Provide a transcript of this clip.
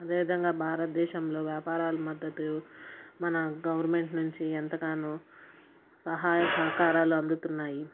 అదే విధంగా భారతదేశంలో వ్యాపారాల మద్దతు మన గవర్నమెంట్ నుంచి ఎంతగానో సహాయ సహకారాలు అందుతున్నాయి